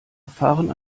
fahren